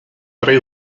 tre